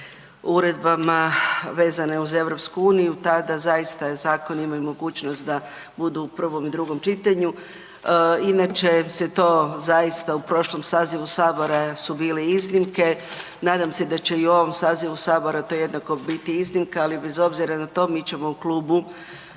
uredbama vezane uz EU tada zaista zakon ima mogućnost da budu u prvom i drugom čitanju. Inače se to u prošlom sazivu Sabora su bile iznimke, nadam se da će i u ovom sazivu Sabora to jednako biti iznimka, ali bez obzira na to mi ćemo u Klubu